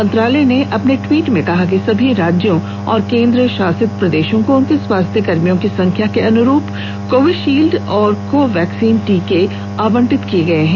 मंत्रालय ने अपने ट्वीट में कहा कि सभी राज्यों और केन्द्र शासित प्रदेशों को उनके स्वास्थ्यकर्मियों की संख्या के अनुरूप कोविशील्ड और कोवैक्सिन टीके आवंटित किए गये हैं